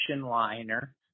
liner